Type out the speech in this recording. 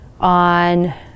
on